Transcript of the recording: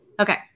Okay